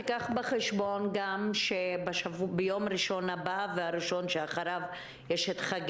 קח גם בחשבון שביום ראשון הבא ובראשון שאחריו יש את חג